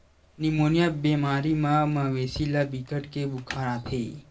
pneumonia बेमारी म मवेशी ल बिकट के बुखार आथे